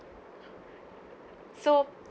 so